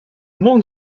mon